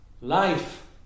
Life